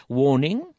warning